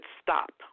stop